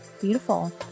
Beautiful